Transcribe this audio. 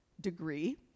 degree